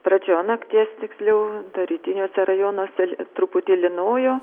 pradžioje nakties tiksliau rytiniuose rajonuose truputį lynojo